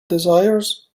desires